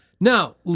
Now